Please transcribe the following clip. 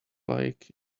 like